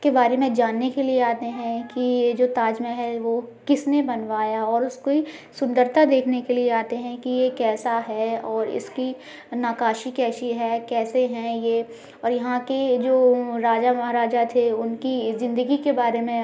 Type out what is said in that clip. के बारे में जानने के लिए आते हैं कि ये जो ताजमहल वो किसने बनवाया और उसकी सुंदरता देखने के लिए आते हैं कि ये कैसा है और इसकी नक्काशी कैसी है कैसे हैं ये और यहाँ की जो अ राजा महाराजा थे उनकी जिन्दगी के बारे में